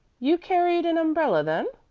you carried an umbrella, then?